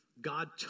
God